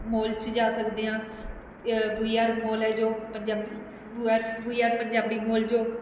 mall 'ਚ ਜਾ ਸਕਦੇ ਹਾਂ ਵੀ ਆਰ ਮਾਲ ਹੈ ਜੋ Punjabi V R Punjabi mall ਜੋ